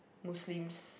Muslims